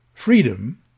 Freedom